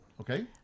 Okay